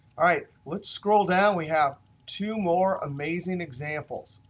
all right, let's scroll down. we have two more amazing examples.